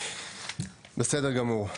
בסדר גמור.